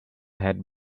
had